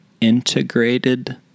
integrated